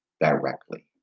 directly